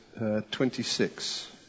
26